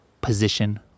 position